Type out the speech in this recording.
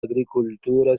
agrikultura